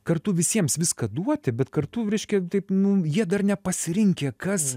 kartu visiems viską duoti bet kartu reiškia taip nu jie dar nepasirinkę kas